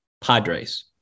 Padres